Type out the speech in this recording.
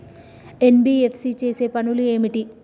NBFC చేసే పనులు ఏమిటి?